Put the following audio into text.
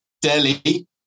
Delhi